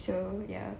so ya